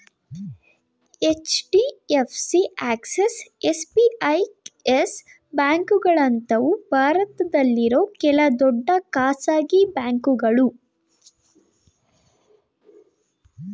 HDFC, Axis, SBI, Yes ಬ್ಯಾಂಕ್ಗಳಂತವು ಭಾರತದಲ್ಲಿರೋ ಕೆಲ ದೊಡ್ಡ ಖಾಸಗಿ ಬ್ಯಾಂಕುಗಳು